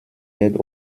aide